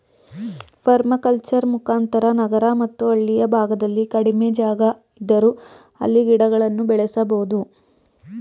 permaculture ಮುಖಾಂತರ ನಗರ ಮತ್ತು ಹಳ್ಳಿಯ ಭಾಗದಲ್ಲಿ ಕಡಿಮೆ ಜಾಗ ಇದ್ದರೂ ಅಲ್ಲಿ ಗಿಡಗಳನ್ನು ಬೆಳೆಸಬೋದು